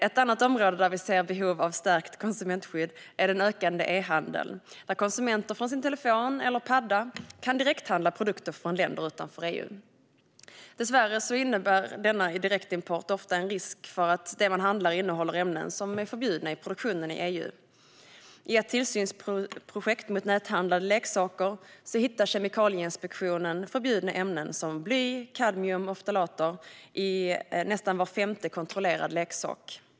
Ett annat område där vi ser behov av stärkt konsumentskydd är den ökande e-handeln, där konsumenter från sin telefon eller padda kan direkthandla produkter från länder utanför EU. Dessvärre innebär denna direktimport ofta en risk för att det som man handlar innehåller ämnen som är förbjudna i produktionen i EU. I ett tillsynsprojekt om näthandlade leksaker hittade Kemikalieinspektionen förbjudna ämnen som bly, kadmium och ftalater i nästan var femte kontrollerad leksak.